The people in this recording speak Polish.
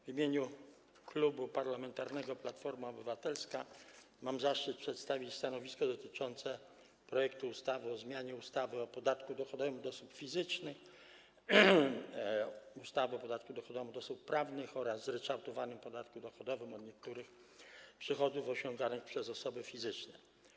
W imieniu Klubu Parlamentarnego Platforma Obywatelska mam zaszczyt przedstawić stanowisko dotyczące projektu ustawy o zmianie ustawy o podatku dochodowym od osób fizycznych, ustawy o podatku dochodowym od osób prawnych oraz ustawy o zryczałtowanym podatku dochodowym od niektórych przychodów osiąganych przez osoby fizyczne.